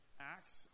Acts